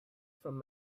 from